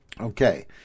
Okay